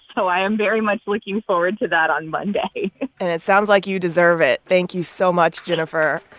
so i am very much looking forward to that on monday and it sounds like you deserve it. thank you so much, jennifer.